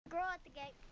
girl at the gate.